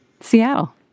Seattle